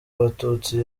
abatutsi